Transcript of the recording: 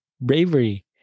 bravery